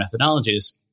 methodologies